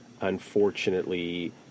unfortunately